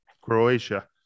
Croatia